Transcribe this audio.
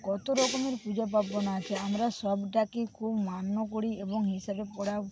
কত রকমের পূজা পার্বণ আছে আমরা সবটাকে খুব মান্য করি এবং হিসাবে পড়া